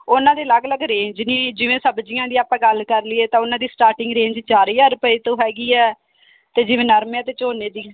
ਉਹਨਾਂ ਦੀ ਅਲੱਗ ਅਲੱਗ ਰੇਂਜ ਨੇ ਜਿਵੇਂ ਸਬਜ਼ੀਆਂ ਦੀ ਆਪਾਂ ਗੱਲ ਕਰ ਲਈਏ ਤਾਂ ਉਹਨਾਂ ਦੀ ਸਟਾਰਟਿੰਗ ਰੇਂਜ ਚਾਰ ਹਜ਼ਾਰ ਰੁਪਏ ਤੋਂ ਹੈਗੀ ਆ ਅਤੇ ਜਿਵੇਂ ਨਰਮੇ ਅਤੇ ਝੋਨੇ ਦੀ